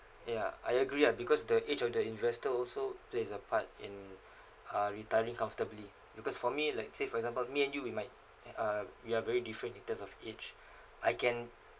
ya I agree ah because the age of the investor also plays a part in uh retiring comfortably because for me like say for example me and you we might uh uh we are very different in terms of age I can